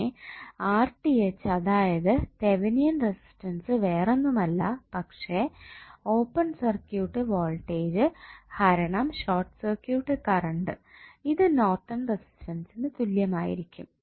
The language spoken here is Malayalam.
പിന്നെ അതായത് തെവനിയൻ റെസിസ്റ്റൻസ് വേറൊന്നുമല്ല പക്ഷെ ഓപ്പൺ സർക്യൂട്ട് വോൾട്ടേജ് ഹരണം ഷോർട്ട് സർക്യൂട്ട് കറണ്ട് ഇത് നോർട്ടൺ റെസിസ്റ്റൻസിനു തുല്യമായിരിക്കും